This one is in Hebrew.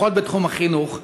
לפחות בתחום החינוך,